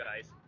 guys